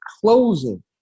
closing